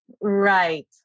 Right